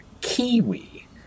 Kiwi